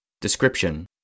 Description